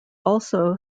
also